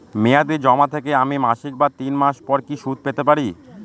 মেয়াদী জমা থেকে আমি মাসিক বা তিন মাস পর কি সুদ পেতে পারি?